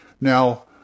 Now